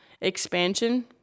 expansion